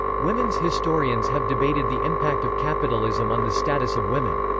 women's historians have debated the impact of capitalism on the status of women.